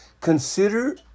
consider